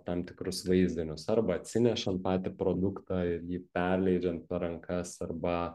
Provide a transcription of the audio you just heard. tam tikrus vaizdinius arba atsinešant patį produktą ir jį perleidžiant per rankas arba